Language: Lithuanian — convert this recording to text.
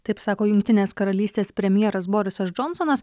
taip sako jungtinės karalystės premjeras borisas džonsonas